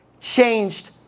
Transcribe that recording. changed